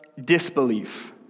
disbelief